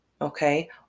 okay